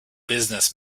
business